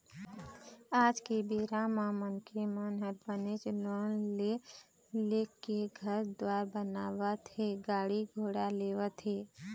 आज के बेरा म मनखे मन ह बनेच लोन ले लेके घर दुवार बनावत हे गाड़ी घोड़ा लेवत हें